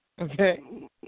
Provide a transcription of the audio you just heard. Okay